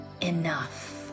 enough